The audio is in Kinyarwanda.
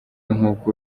nk’uko